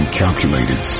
calculated